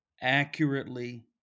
accurately